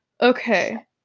Okay